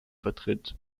vertritt